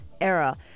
era